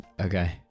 Okay